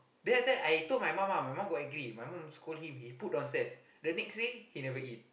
then after that I told my mum ah my mum got angry my mum scold him he put downstairs the next day he never eat